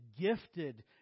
gifted